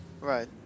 right